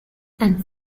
and